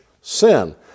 sin